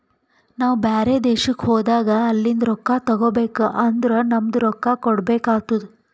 ನಾವು ಬ್ಯಾರೆ ದೇಶ್ಕ ಹೋದಾಗ ಅಲಿಂದ್ ರೊಕ್ಕಾ ತಗೋಬೇಕ್ ಅಂದುರ್ ನಮ್ದು ರೊಕ್ಕಾ ಕೊಡ್ಬೇಕು ಆತ್ತುದ್